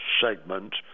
segment